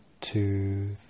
two